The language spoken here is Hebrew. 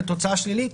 לתוצאה שלילית,